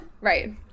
Right